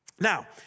Now